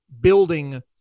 building